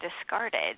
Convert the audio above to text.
discarded